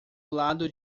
lado